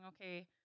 okay